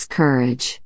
courage